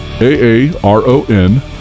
A-A-R-O-N